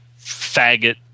faggot